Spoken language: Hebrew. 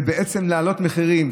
זה בעצם להעלות מחירים.